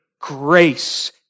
Grace